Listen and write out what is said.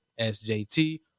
sjt